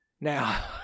now